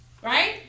right